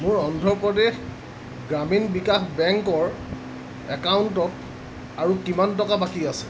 মোৰ অন্ধ্ৰ প্ৰদেশ গ্ৰামীণ বিকাশ বেংকৰ একাউণ্টত আৰু কিমান টকা বাকী আছে